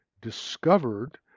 discovered